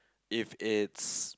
if it's